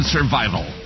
Survival